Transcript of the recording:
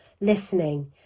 listening